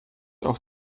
auch